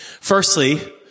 Firstly